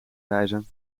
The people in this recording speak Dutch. reizen